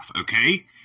okay